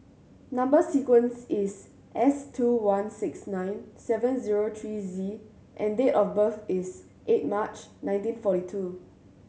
number sequence is S two one six nine seven zero three Z and date of birth is eight March nineteen forty two